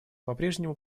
попрежнему